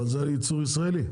אבל זה ייצור ישראלי.